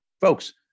Folks